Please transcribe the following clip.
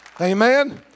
Amen